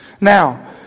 Now